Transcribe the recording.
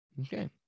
Okay